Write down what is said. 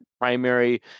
primary